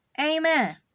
Amen